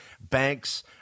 banks